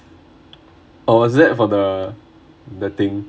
or was that for the the thing